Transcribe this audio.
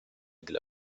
della